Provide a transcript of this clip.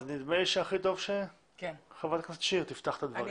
נדמה לי שהכי טוב שחברת הכנסת שיר תפתח את הדברים.